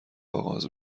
آغاز